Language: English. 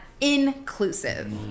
inclusive